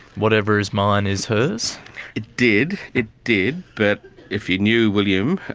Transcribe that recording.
whatever is mine is hers? it did, it did, but if you knew william,